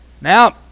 Now